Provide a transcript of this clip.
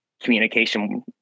communication